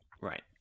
Right